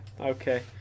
Okay